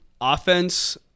offense